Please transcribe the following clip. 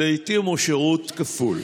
שלעיתים הוא שירות כפול.